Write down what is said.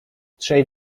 trzej